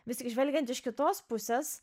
vis tik žvelgiant iš kitos pusės